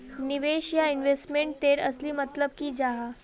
निवेश या इन्वेस्टमेंट तेर असली मतलब की जाहा?